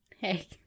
hey